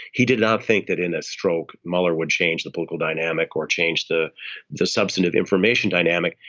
he did not think that in a stroke mueller would change the local dynamic or change the the substantive information dynamic.